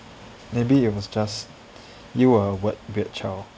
maybe it was just you are one weird child